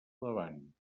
davant